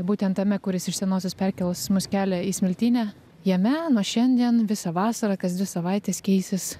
būtent tame kuris iš senosios perkėlos mus kelia į smiltynę jame nuo šiandien visą vasarą kas dvi savaites keisis